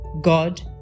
God